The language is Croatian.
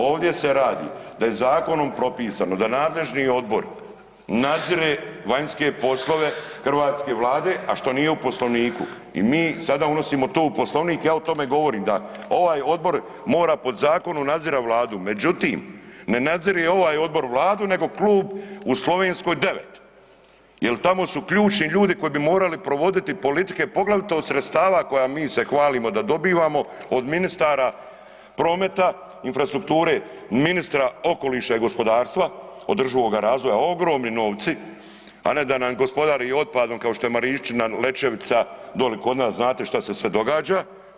Ovdje [[Upadica: Jeste vi…]] se radi, ovdje se radi da je zakonom propisano da nadležni odbor nadzire vanjske poslove hrvatske Vlade, a što nije u poslovniku i mi sada unosimo to u poslovnik, ja o tome govorim da ovaj odbor mora po zakonu nadzirati Vladu, međutim ne nadzire ovaj odbor Vladu nego klub u Slovenskoj 9 jer tamo su ključni ljudi koji bi morali provoditi politike poglavito od sredstava koja mi se hvalimo da dobivamo od ministara prometa, infrastrukture, ministra okoliša i gospodarstva, održivoga razvoja ogromni novci, a ne da nam gospodari otpadom kao što je Marišćina, Lećevica, doli kod nas znate što se sve događa.